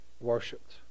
worshipped